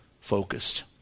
focused